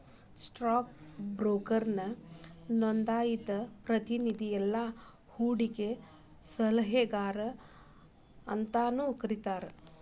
stock ಬ್ರೋಕರ್ನ ನೋಂದಾಯಿತ ಪ್ರತಿನಿಧಿ ಇಲ್ಲಾ ಹೂಡಕಿ ಸಲಹೆಗಾರ ಅಂತಾನೂ ಕರಿತಾರ